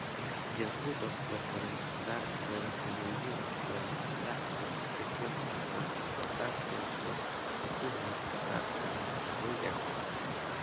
ᱡᱟᱹᱯᱩᱫ ᱚᱠᱛᱚ ᱠᱚᱨᱮ ᱫᱟᱜ ᱠᱚ ᱞᱤᱸᱡᱤᱱ ᱚᱠᱛᱚ ᱨᱮ ᱫᱟᱜ ᱠᱚ ᱮᱥᱮᱫ ᱠᱟᱛᱮ ᱞᱟᱛᱟᱨ ᱥᱮᱱ ᱨᱮ ᱱᱩᱠᱩ ᱦᱚᱸ ᱥᱟᱵᱽ ᱵᱟᱲᱟ ᱦᱩᱭ ᱟᱠᱟᱱ ᱜᱮᱭᱟ